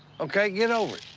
okay? get over it.